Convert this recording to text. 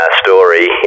story